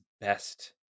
best